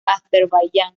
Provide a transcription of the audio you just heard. azerbaiyán